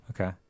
Okay